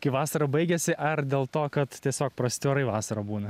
kai vasara baigiasi ar dėl to kad tiesiog prasti orai vasarą būna